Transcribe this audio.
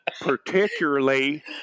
particularly